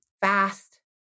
fast